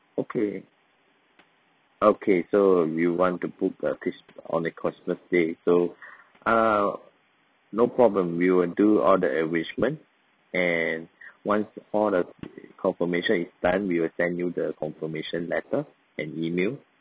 okay okay so you want to book a chris~ on the christmas day so uh no problem we will do all the arrangement and once all the confirmation is done we will send you the confirmation letter and E-mail